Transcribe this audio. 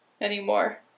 anymore